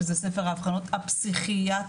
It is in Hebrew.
שזה ספר האבחנות הפסיכיאטריות,